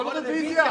כל רביזיה.